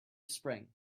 spring